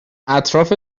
اطراف